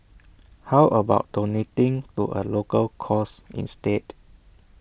how about donating to A local cause instead